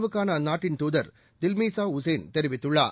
வுக்கான அந்நாட்டின் தூதர் தில்மீசா உசேன் தெரிவித்துள்ளார்